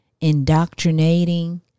indoctrinating